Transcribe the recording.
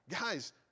Guys